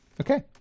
Okay